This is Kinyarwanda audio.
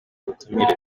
ubutumire